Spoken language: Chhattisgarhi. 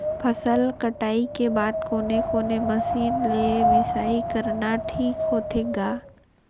फसल कटाई के बाद कोने कोने मशीन ले मिसाई करना ठीक होथे ग?